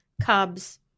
Cubs